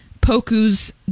Poku's